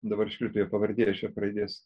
dabar iškrito jo pavardė iš f raidės